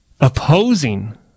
opposing